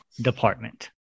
Department